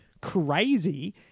crazy